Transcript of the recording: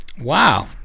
Wow